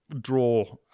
draw